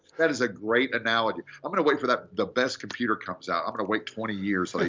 that is a great analogy. i'm going to wait for that. the best computer comes out, i'm going to wait twenty years, like